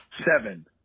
seven